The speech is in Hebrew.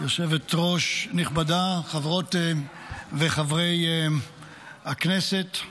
יושבת-ראש נכבדה, חברות וחברי הכנסת,